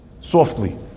softly